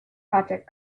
project